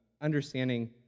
understanding